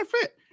fit